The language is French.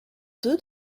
deux